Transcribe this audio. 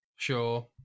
Sure